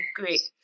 great